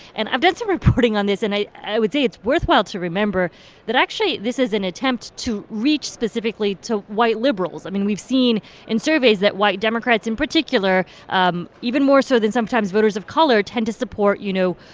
and i've done some reporting on this, and i would say it's worthwhile to remember that, actually, this is an attempt to reach specifically to white liberals. i mean, we've seen in surveys that white democrats in particular, um even more so than sometimes voters of color, tend to support, you know,